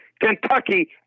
Kentucky